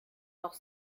noch